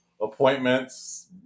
appointments